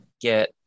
get